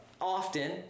often